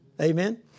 Amen